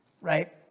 Right